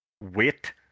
weight